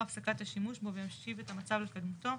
הפסקת השימוש בו וישיב את המצב לקדמותו,